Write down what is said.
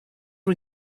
are